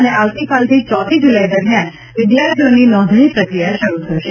અને આવતીકાલથી ચોથી જુલાઈ દરમિયાન વિદ્યાર્થિઓની નોંધણી પ્રક્રિયા શરૂ થશે